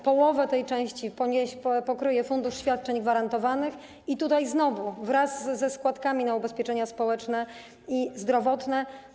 Połowę tej części pokryje fundusz świadczeń gwarantowanych - i tutaj znowu wraz ze składkami na ubezpieczenia społeczne i zdrowotne.